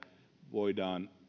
voidaan